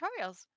tutorials